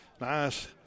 Nice